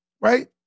right